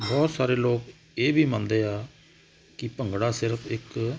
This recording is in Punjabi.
ਬਹੁਤ ਸਾਰੇ ਲੋਕ ਇਹ ਵੀ ਮੰਨਦੇ ਆ ਕੀ ਭੰਗੜਾ ਸਿਰਫ ਇੱਕ